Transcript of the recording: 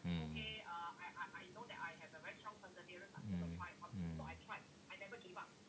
mm mm mm